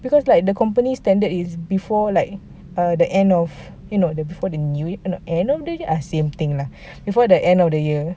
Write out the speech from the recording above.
kau [tau] tak the company standard is before like kalau the end of you know before the new year eh new year the same thing lah before the end of the year